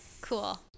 cool